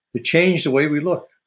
it change the way we look.